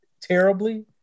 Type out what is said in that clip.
terribly